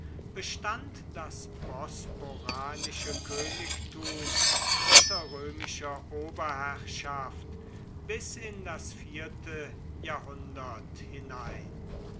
bestand das bosporanische königtum unter römischer oberherrschaft bis in das vierte jahrhundert hinein